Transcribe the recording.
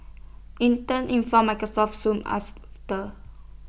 Intel informed Microsoft soon after